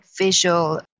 visual